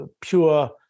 pure